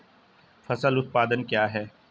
फसल उत्पादन क्या है?